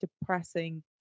depressing